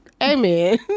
amen